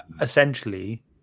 essentially